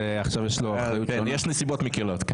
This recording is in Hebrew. אז יש לו עכשיו אחריות --- יש נסיבות מקלות.